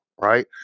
right